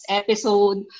episode